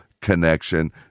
connection